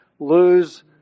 lose